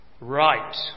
Right